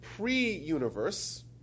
Pre-universe